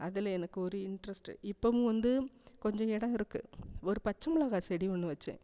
அதில் எனக்கு ஒரு இன்ட்ரஸ்ட்டு இப்போவும் வந்து கொஞ்சம் இடம் இருக்கு ஒரு பச்சை மிளகாய் செடி ஒன்று வச்சேன்